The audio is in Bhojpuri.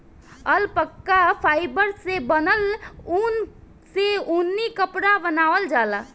अल्पका फाइबर से बनल ऊन से ऊनी कपड़ा बनावल जाला